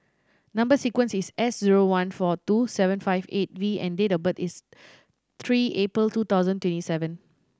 number sequence is S zero one four two seven five eight V and date of birth is three April two thousand twenty seven